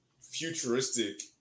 futuristic